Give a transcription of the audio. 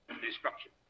destruction